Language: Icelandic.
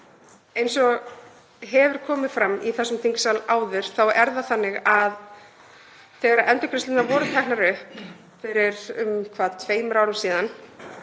Eins og áður hefur komið fram í þessum þingsal þá er það þannig að þegar endurgreiðslurnar voru teknar upp fyrir um tveimur árum síðan